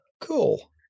cool